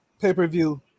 Pay-per-view